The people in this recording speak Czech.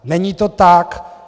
Není to tak.